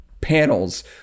panels